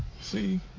see